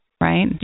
right